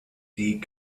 die